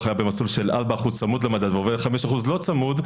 אם לקוח היה במסלול של 4% צמוד למדד ועובר ל-5% לא צמוד,